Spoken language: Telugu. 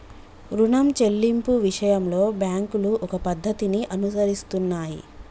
రుణం చెల్లింపు విషయంలో బ్యాంకులు ఒక పద్ధతిని అనుసరిస్తున్నాయి